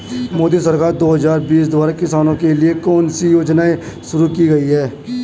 मोदी सरकार दो हज़ार बीस द्वारा किसानों के लिए कौन सी योजनाएं शुरू की गई हैं?